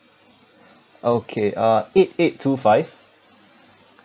okay uh eight eight two five